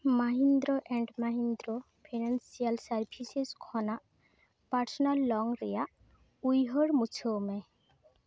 Mahindra and Mahindra financial services ᱠᱷᱚᱱᱟᱜ personal loan ᱨᱮᱭᱟᱜ ᱩᱭᱦᱟᱹᱨ ᱢᱩᱪᱷᱟᱹᱣ ᱢᱮ